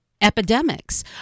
epidemics